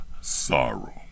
sorrow